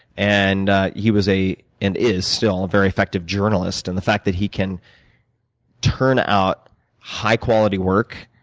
and he was a and is, still, a very effective journalist, and the fact that he can turn out high quality work,